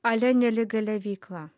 ale nelegalia veikla